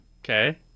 Okay